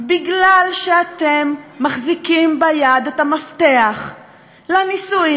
מכיוון שאתם מחזיקים ביד את המפתח לנישואים,